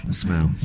smell